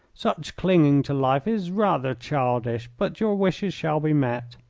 such clinging to life is rather childish, but your wishes shall be met.